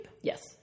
yes